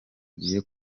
agiye